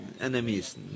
enemies